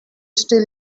still